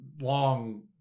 long